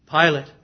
Pilate